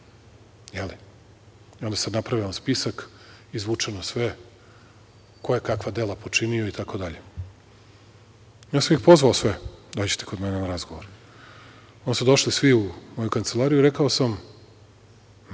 sam napravio spisak, izvučeno sve ko je kakva dela počinio i tako dalje. Ja sam ih pozvao sve - dođite kod mene na razgovor. Onda su došli svu u moju kancelariju i rekao sam